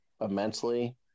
immensely